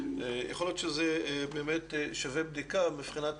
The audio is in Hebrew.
יכול להיות שבאמת זה שווה בדיקה מבחינת